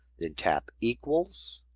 then tap equals.